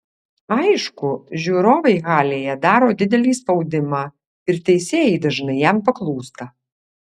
aišku žiūrovai halėje daro didelį spaudimą ir teisėjai dažnai jam paklūsta